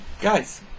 Guys